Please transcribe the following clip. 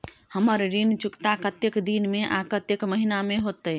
हमर ऋण चुकता कतेक दिन में आ कतेक महीना में होतै?